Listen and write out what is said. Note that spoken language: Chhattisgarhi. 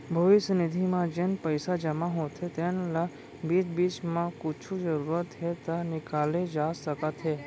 भविस्य निधि म जेन पइसा जमा होथे तेन ल बीच बीच म कुछु जरूरत हे त निकाले जा सकत हे